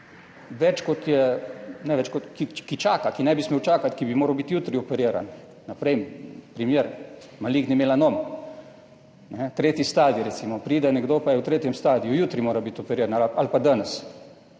več, kot je, ne več kot, ki čaka, ki ne bi smel čakati, ki bi moral biti jutri operiran, naprej, primer maligni melanom, tretji stadij recimo. Pride, nekdo pa je v tretjem stadiju, jutri mora biti operiran ali pa danes,